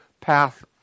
path